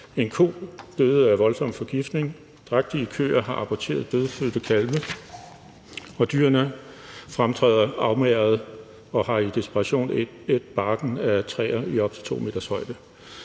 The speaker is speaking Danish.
en ko døde af voldsom forgiftning, drægtige køer har aborteret dødfødte kalve, og dyrene fremtræder afmagret og har i desperation ædt barken af træer i op til 2 meters højde.